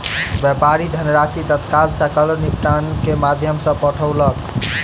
व्यापारी धनराशि तत्काल सकल निपटान के माध्यम सॅ पठौलक